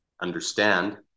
understand